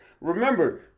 Remember